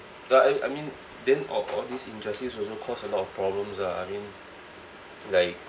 like I I mean then all all this injustice also cause a lot of problems ah I mean like